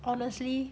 honestly